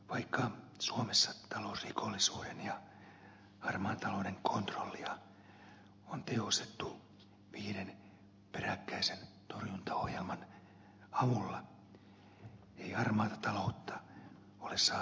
vaikka suomessa talousrikollisuuden ja harmaan talouden kontrollia on tehostettu viiden peräkkäisen torjuntaohjelman avulla ei harmaata taloutta ole saatu riittävästi kuriin